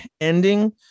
ending